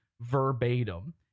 verbatim